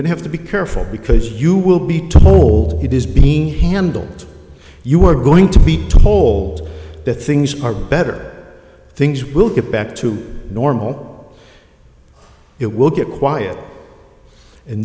to have to be careful because you will be told it is being handled you are going to be told that things are better things will get back to normal it will get quiet and